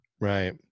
right